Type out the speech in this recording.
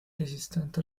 resistente